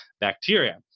bacteria